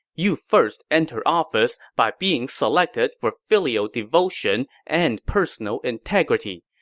you first entered office by being selected for filial devotion and personal integrity.